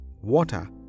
water